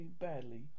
badly